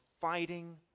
fighting